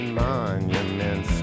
monuments